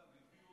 דרך אגב, הביאו